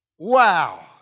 Wow